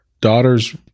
daughters